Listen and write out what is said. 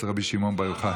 אצל רבי שמעון בר יוחאי.